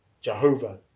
Jehovah